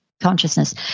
consciousness